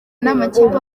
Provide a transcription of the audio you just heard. n’amakipe